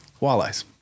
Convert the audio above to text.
Walleyes